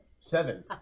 Seven